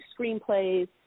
screenplays